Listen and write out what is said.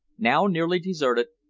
now nearly deserted,